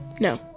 No